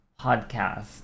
podcast